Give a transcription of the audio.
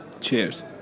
Cheers